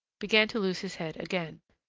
began to lose his head again.